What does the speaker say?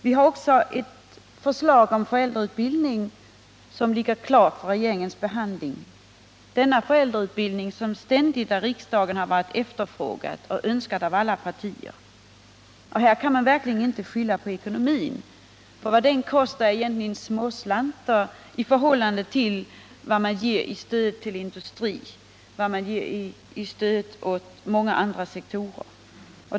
Det finns också ett förslag om föräldrautbildning som ligger klart för regeringens behandling. Satsningar på föräldrautbildning har ju ständigt varit efterfrågade av riksdagen och önskade av alla partier. Här kan man verkligen inte skylla på ekonomin, för vad föräldrautbildning kostar är småslantar i förhållande till vad man ger i stöd till industrin och många andra sektorer.